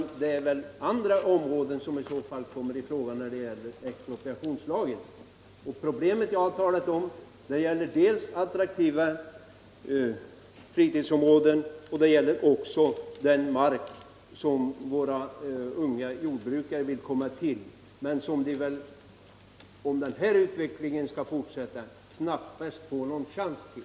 Det är väl andra områden som kommer i fråga när det gäller expropriationslagen. De problem jag har talat om gäller dels attraktiva fritidsområden, dels den mark som våra unga jordbrukare vill komma åt, vilket de väl — om denna utveckling skall fortsätta — knappast får någon chans till.